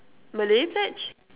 Malay pledge